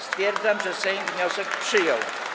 Stwierdzam, że Sejm wniosek przyjął.